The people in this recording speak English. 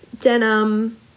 denim